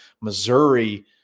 Missouri